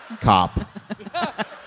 cop